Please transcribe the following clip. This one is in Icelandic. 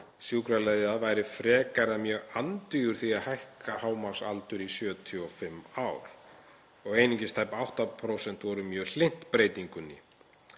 sjúkraliða væri frekar eða mjög andvígur því að hækka hámarksaldur í 75 ár. Einungis tæp 8% voru mjög hlynnt breytingunni.